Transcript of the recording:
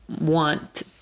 want